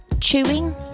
chewing